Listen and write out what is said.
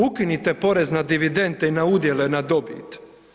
Ukinite porez na dividende i na udjele na dobit.